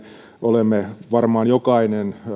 olemme varmaan jokainen